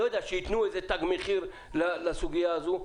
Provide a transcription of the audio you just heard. שייתנו תג מחיר לסוגיה הזאת.